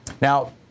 Now